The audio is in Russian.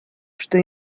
что